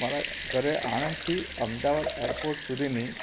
મારા ઘરે આણંદથી અમદાવાદ એરપોર્ટ સુધીની